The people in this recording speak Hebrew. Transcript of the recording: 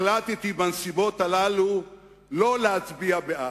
החלטתי בנסיבות הללו לא להצביע בעד.